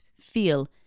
feel